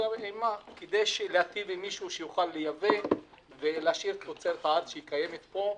כדי להטיב עם מישהו שיוכל לייבא ולהשאיר תוצרת הארץ שקיימת פה?